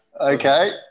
Okay